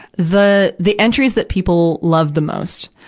the the entries that people love the most,